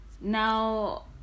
now